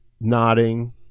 Nodding